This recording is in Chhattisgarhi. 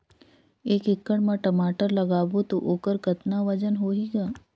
एक एकड़ म टमाटर लगाबो तो ओकर कतका वजन होही ग?